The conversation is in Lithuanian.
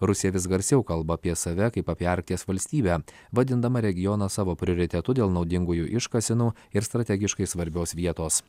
rusija vis garsiau kalba apie save kaip apie arkties valstybę vadindama regioną savo prioritetu dėl naudingųjų iškasenų ir strategiškai svarbios vietos